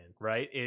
right